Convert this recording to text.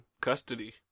custody